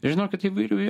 žinokit įvairių